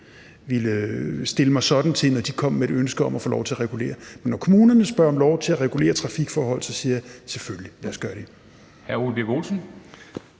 ville stille mig sådan til, hvis de kom med et ønske om at få lov til at regulere. Men når kommunerne spørger om lov til at regulere trafikforhold, så siger jeg: Selvfølgelig, lad dem gøre det!